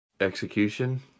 Execution